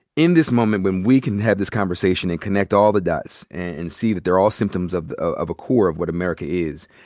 in this moment when we can have this conversation and connect all the dots, and see that they're all symptoms of of a core of what america is,